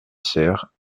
serres